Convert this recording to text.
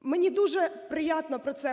Мені дуже приємно про це